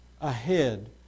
ahead